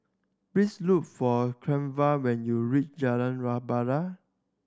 please look for Cleva when you reach Jalan Rebana